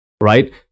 right